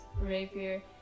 rapier